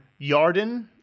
Yarden